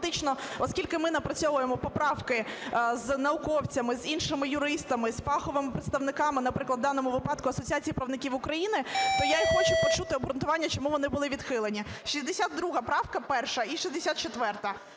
оскільки ми напрацьовуємо поправки з науковцями, з іншими юристами, з фаховими представниками. Наприклад, у даному випадку "Асоціація правників України", то я хочу почути обґрунтування, чому вони були відхилені. 62 правка – перша, і 64-а.